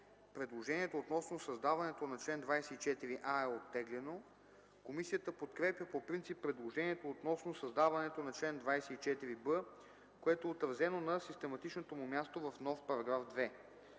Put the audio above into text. Предложението относно създаването на чл. 24а е оттеглено. Комисията подкрепя по принцип предложението относно създаването на чл. 24б, което е отразено на систематичното му място в нов § 2.